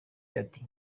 ati